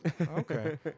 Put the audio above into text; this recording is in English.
Okay